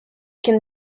can